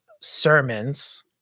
sermons